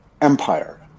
Empire